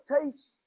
taste